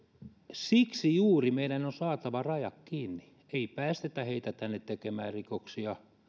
siksi juuri meidän on saatava rajat kiinni kun ei päästetä heitä tänne tekemään rikoksia